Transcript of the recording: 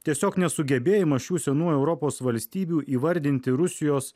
tiesiog nesugebėjimas šių senųjų europos valstybių įvardinti rusijos